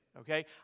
Okay